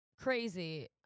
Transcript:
crazy